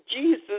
Jesus